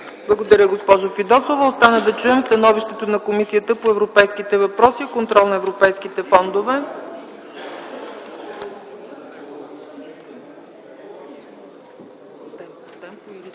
Благодаря, госпожо Фидосова. Остана да чуем становището на Комисията по европейските въпроси и контрол на европейските фондове.